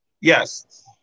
Yes